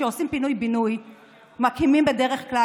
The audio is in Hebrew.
כשעושים פינוי-בינוי מקימים בדרך כלל